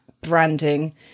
branding